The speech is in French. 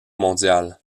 mondiale